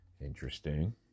Interesting